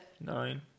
Nine